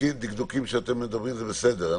בדקדוקים שאתם מדברים זה בסדר.